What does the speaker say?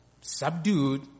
subdued